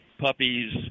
puppies